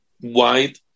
white